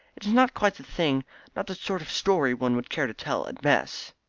it is not quite the thing not the sort of story one would care to tell at mess.